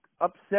upset